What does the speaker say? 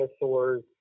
dinosaurs